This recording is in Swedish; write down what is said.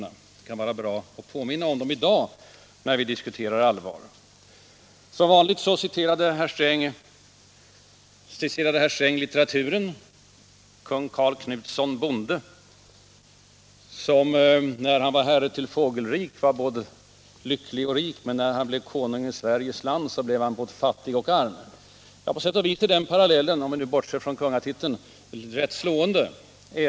Det kan vara bra att påminna om dem i dag när vi diskuterar allvar. Som vanligt citerade herr Sträng ur litteraturen, nämligen kung Karl Knutsson Bondes ord ”Medan jag var herre till Fågelvik, Men sedan jag blev kung över Svea land, ”. Ja, på sätt och vis är den parallellen - om vi nu bortser från kungatiteln — rätt slående.